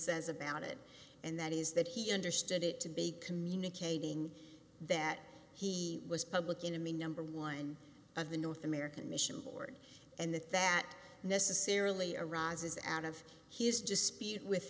says about it and that is that he understood it to be communicating that he was public enemy number one of the north american mission board and that that necessarily arises out of his dispute with